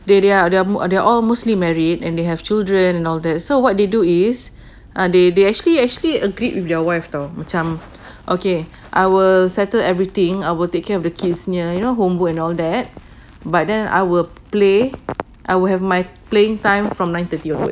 they they are they are they are all muslim married and they have children and all that so what they do is uh they they actually actually agreed with their wife tahu macam okay I will settle everything I will take care of the kids ne~ you know homework and all that but then I will play I will have my playing time from nine thirty onwards